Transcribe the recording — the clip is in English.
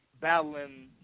battling